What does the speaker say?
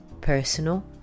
personal